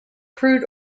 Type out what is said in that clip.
crude